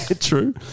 true